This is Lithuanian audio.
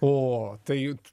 o tai jut